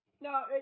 no